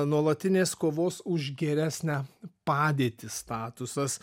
nuolatinės kovos už geresnę padėtį statusas